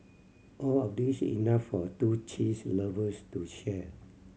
all of these enough for two cheese lovers to share